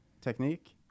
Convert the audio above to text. technique